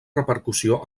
repercussió